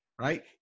right